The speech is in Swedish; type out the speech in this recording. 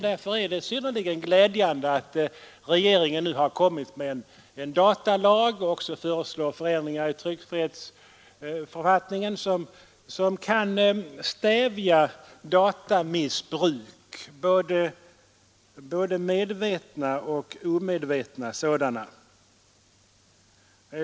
Därför är det synnerligen glädjande att regeringen nu har lagt fram förslag om datalag och förändringar i tryckfrihetsförordningen som kan stävja datamissbruk, både medvetna och omedvetna sådana.